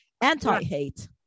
anti-hate